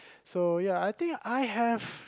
so ya I think I have